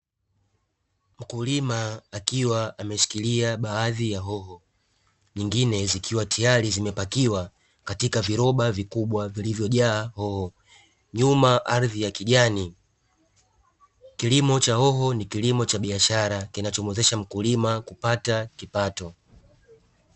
Mkulima akiwa ameshikilia baadhi ya hohot, nyingine zikiwa tayari zimepakiwa katika viroba vikubwa vilivyojaa hoho; nyuma ardhi ya kijani. Kilimo cha hoho ni kilimo cha kibiashara kinachomwezesha mkulima kupata kipato.